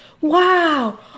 wow